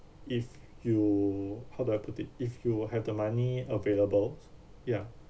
if you how do I put it if you'll have the money available ya